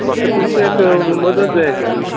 म्हाका तुमचे एक मदत जाय आशिल्ली